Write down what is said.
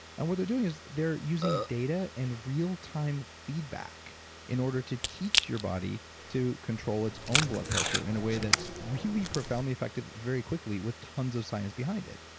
and what they're doing is, they're using data and real-time feedback in order to teach your body to control its own blood pressure in a way that's really profoundly effective very quickly with tons of science behind it.